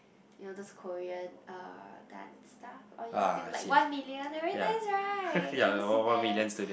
you know those Korean uh dance stuff on YouTube like one million they are very nice right have you seen them